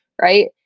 right